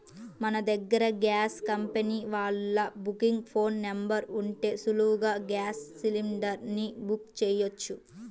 మన దగ్గర gas company వాళ్ళ బుకింగ్ ఫోన్ నెంబర్ ఉంటే సులువుగా గ్యాస్ సిలిండర్ ని బుక్ చెయ్యొచ్చు